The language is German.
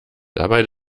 dabei